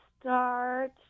start